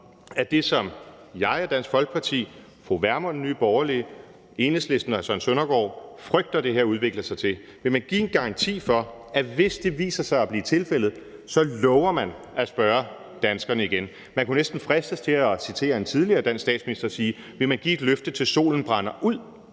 det, som jeg og Dansk Folkeparti, fru Pernille Vermund og Nye Borgerlige, Enhedslisten og hr. Søren Søndergaard, frygter det her udvikler sig til? Vil man give en garanti for, at hvis det viser sig at blive tilfældet, så lover man at spørge danskerne igen? Man kunne næsten fristes til at citere en tidligere dansk statsminister og spørge, om man vil give et løfte, til solen brænder ud,